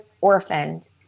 orphaned